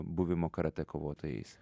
buvimo karatė kovotojais